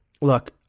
look